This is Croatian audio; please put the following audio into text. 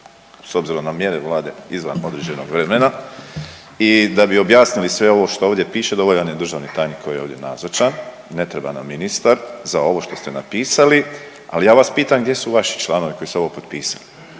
s obzirom na mjere Vlade izvan određenog vremena i da bi objasnili sve ovo što ovdje piše dovoljan je državni tajnik koji je ovdje nazočan, ne treba nam ministar za ovo što ste napisali, ali ja vas pitam, gdje su vaši članovi koji su ovo potpisali?